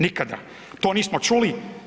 Nikada, to nismo čuli.